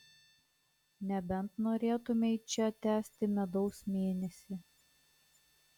nebent norėtumei čia tęsti medaus mėnesį